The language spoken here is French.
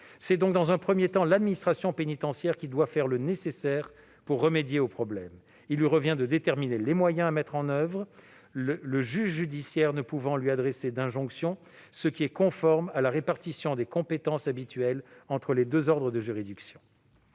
C'est donc dans un premier temps l'administration pénitentiaire qui doit faire le nécessaire pour remédier au problème. Il lui revient de déterminer les moyens à mettre en oeuvre, le juge judiciaire ne pouvant pas lui adresser d'injonction, ce qui est conforme à la répartition des compétences habituelle entre les deux ordres de juridiction.